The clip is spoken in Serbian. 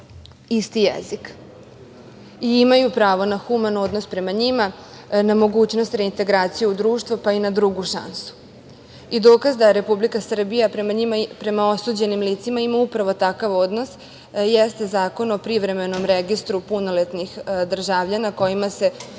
isti jezik i imaju pravo na human odnos prema njima, na mogućnost reintegracije u društvu, pa i na drugu šansu. Dokaz da Republika Srbija prema njima, prema osuđenim licima, ima upravo takav odnos jeste Zakon o privremenom registru punoletnih državljana kojima se